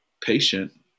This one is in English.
patient